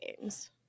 games